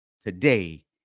today